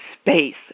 space